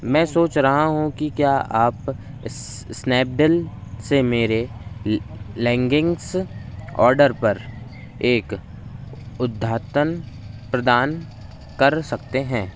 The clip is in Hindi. मैं सोच रहा हूँ कि क्या आप इस्नैपडिल से मेरे लैंगिंग्स ऑडर पर एक उद्यातन प्रदान कर सकते हैं